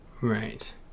Right